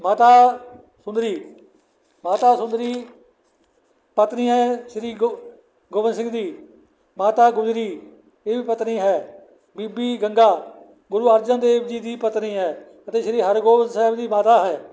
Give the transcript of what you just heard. ਮਾਤਾ ਸੁੰਦਰੀ ਮਾਤਾ ਸੁੰਦਰੀ ਪਤਨੀ ਸ਼੍ਰੀ ਗੋ ਗੋਬਿੰਦ ਸਿੰਘ ਦੀ ਮਾਤਾ ਗੁਜਰੀ ਇਹ ਵੀ ਪਤਨੀ ਹੈ ਬੀਬੀ ਗੰਗਾ ਗੁਰੂ ਅਰਜਨ ਦੇਵ ਜੀ ਦੀ ਪਤਨੀ ਹੈ ਅਤੇ ਸ਼੍ਰੀ ਹਰਗੋਬਿੰਦ ਸਾਹਿਬ ਦੀ ਮਾਤਾ ਹੈ